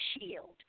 shield